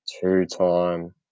two-time